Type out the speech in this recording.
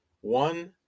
One